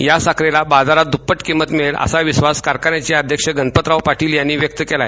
या साखरेला दुप्पट किंमत मिळेल असा विश्वास कारखान्याचे विश्वत गणपतराव पाटील यांनी व्यक्त केलाय